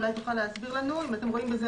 אולי תוכל להסביר לנו אם אתם רואים בזה